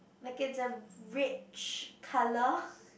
like it's a rich colour